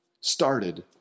started